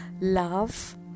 love